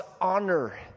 honor